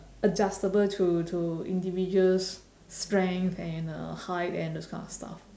adjustable to to individuals' strength and uh height and those kind of stuff